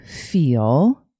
feel